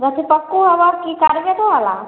गछपक्कू हइ कि कार्बेटवला